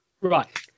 Right